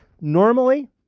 normally